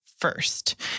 first